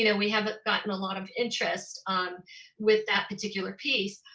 you know we haven't gotten a lot of interest on with that particular piece.